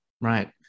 right